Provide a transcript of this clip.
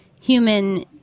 human